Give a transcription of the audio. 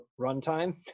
runtime